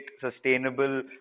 sustainable